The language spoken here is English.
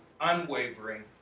unwavering